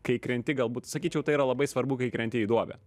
kai krenti galbūt sakyčiau tai yra labai svarbu kai krenti į duobę